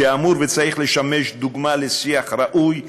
שאמור וצריך לשמש דוגמה לשיח ראוי,